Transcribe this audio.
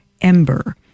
ember